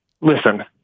listen